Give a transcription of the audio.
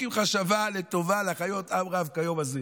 אלוקים חשבה לטובה להחיות עם רב כיום הזה.